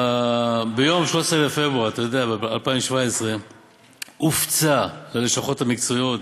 ביום 13 בפברואר 2017 הופצה ללשכות המקצועיות,